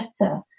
better